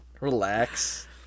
relax